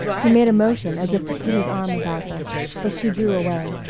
he made a motion as if to put his arm about her but she drew away.